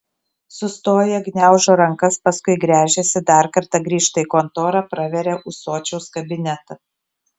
sustoja gniaužo rankas paskui gręžiasi dar kartą grįžta į kontorą praveria ūsočiaus kabinetą